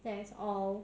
that's all